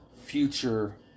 future